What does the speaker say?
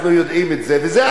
וזה עד היום נמשך.